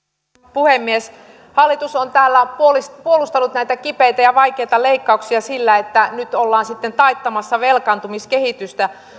puhemies hallitus on täällä puolustanut puolustanut näitä kipeitä ja vaikeita leikkauksia sillä että nyt ollaan sitten taittamassa velkaantumiskehitystä